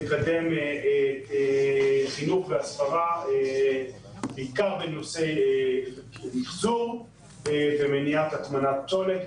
כדי לקדם חינוך והסברה בנושאי מחזור ומניעת הטמנת פסולת,